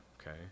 okay